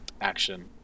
action